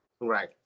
Right